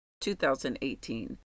2018